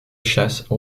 chasse